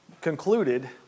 concluded